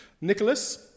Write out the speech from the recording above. Nicholas